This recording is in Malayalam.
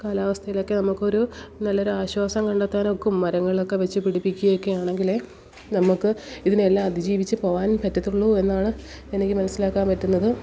കാലാവസ്ഥയിലൊക്കെ നമുക്ക് ഒരു നല്ല ഒരു ആശ്വാസം കണ്ടെത്താൻ ഒക്കും മരങ്ങളൊക്കെ വച്ചു പിടിപ്പിക്കുകയൊക്കെ ആണെങ്കിൽ നമ്മൾക്ക് ഇതിനെല്ലാം അതിജീവിച്ചു പോവാൻ പറ്റത്തുള്ളൂ എന്നാണ് എനിക്ക് മനസ്സിലാക്കാൻ പറ്റുന്നത്